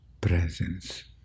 presence